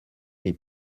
les